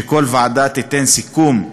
שכל ועדה תיתן סיכום,